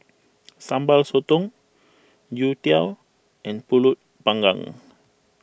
Sambal Sotong Youtiao and Pulut Panggang